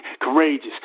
courageous